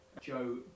Joe